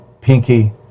pinky